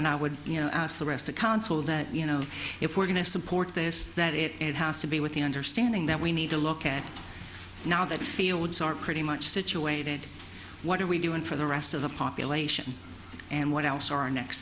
and i would you know ask the rest of council that you know if we're going to support this that it has to be with the understanding that we need to look at now that fields are pretty much situated what are we doing for the rest of the population and what else are